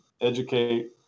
educate